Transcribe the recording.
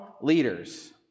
Leaders